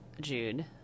Jude